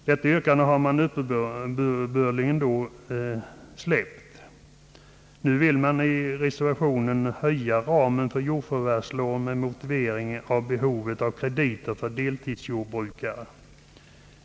Det yrkandet har man uppenbarligen nu släppt och begär i stället i reservationen att ramen för jordförvärvslån skall utvidgas och anför som motivering härför behovet av krediter åt deltidsjordbrukare.